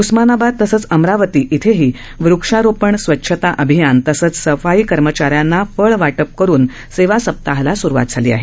उस्मानाबाद तंसच अमरावती इथंही वृक्षारोपण स्वच्छता अभियान तसंच सफाई कर्मचाऱ्यांना फळ वाटप करुन सेवा सप्ताहाला स्रुवात झाली आहे